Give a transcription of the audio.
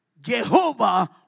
Jehovah